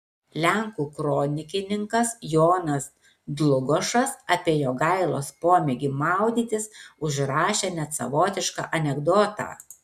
lenkų kronikininkas jonas dlugošas apie jogailos pomėgį maudytis užrašė net savotišką anekdotą